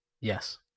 Yes